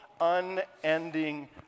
unending